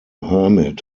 hermit